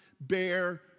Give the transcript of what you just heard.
bear